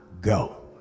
go